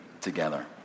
together